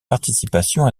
participation